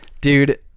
Dude